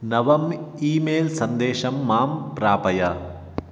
नवम् email सन्देशं मां प्रापय